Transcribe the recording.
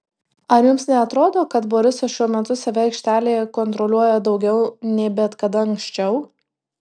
ar jums neatrodo kad borisas šiuo metu save aikštelėje kontroliuoja daugiau nei bet kada anksčiau